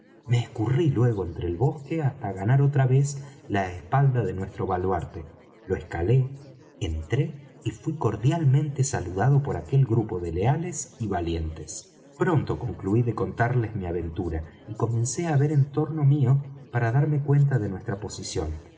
me escurrí luego entre el bosque hasta ganar otra vez la espalda de nuestro baluarte lo escalé entré y fuí cordialmente saludado por aquel grupo de leales y valientes pronto concluí de contarles mi aventura y comencé á ver en torno mío para darme cuenta de nuestra posición